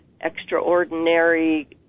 extraordinary